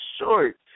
short